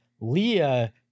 Leah